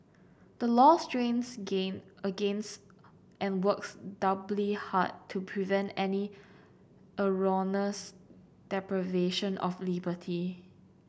the law strains gain against and works doubly hard to prevent any erroneous deprivation of liberty